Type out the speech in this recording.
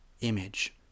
image